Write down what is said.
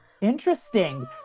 Interesting